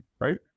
right